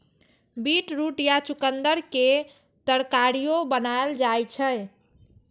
beetroot या चुकंदर के तरकारियो बनाएल जाइ छै